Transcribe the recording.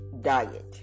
diet